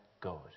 God